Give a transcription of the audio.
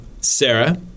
Sarah